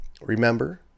Remember